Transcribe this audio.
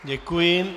Děkuji.